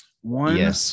One